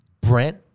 Brent